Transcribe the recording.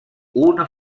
una